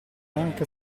anche